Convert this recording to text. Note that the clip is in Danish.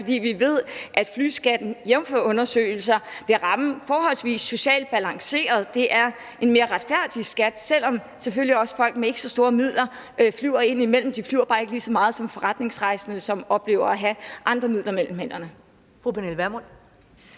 Vi ved, at flyskatten, jævnfør undersøgelser, vil ramme forholdsvis socialt balanceret. Det er en mere retfærdig skat, selv om folk med ikke så store midler selvfølgelig også flyver indimellem. De flyver bare ikke lige så meget som forretningsrejsende, som oplever at have flere penge mellem hænderne.